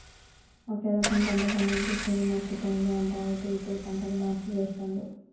ఒకే రకం పంట పండించి శ్రీను నష్టపోయిండు అంట అయితే ఇప్పుడు పంటను మార్చి వేస్తండు